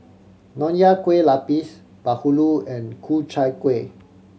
Nonya Kueh Lapis bahulu and Ku Chai Kueh